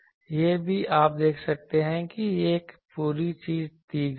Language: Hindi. यह भी आप देख सकते हैं कि यह पूरी चीज दी गई है